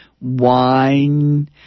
wine